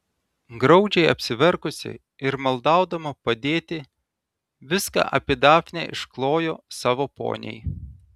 graudžiai apsiverkusi ir maldaudama padėti viską apie dafnę išklojo savo poniai